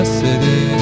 city